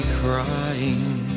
crying